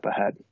ahead